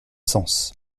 sens